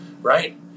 right